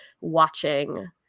watching